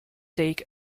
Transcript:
take